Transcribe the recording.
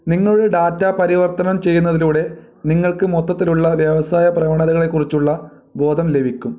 നിങ്ങളുടെ ഡാറ്റ പരിവർത്തനം ചെയ്യുന്നതിലൂടെ നിങ്ങൾക്ക് മൊത്തത്തിലുള്ള വ്യവസായ പ്രവണതകളെക്കുറിച്ചുള്ള ബോധം ലഭിക്കും